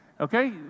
Okay